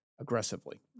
aggressively